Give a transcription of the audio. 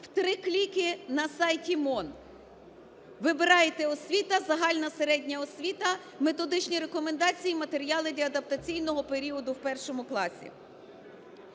В три клики на сайті МОН вибираєте "освіта", "загально-середня освіта", "методичні рекомендації і матеріали для адаптаційного періоду в 1-му класі".